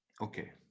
Okay